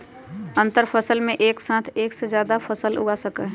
अंतरफसल में एक साथ एक से जादा फसल उगा सका हई